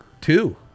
Two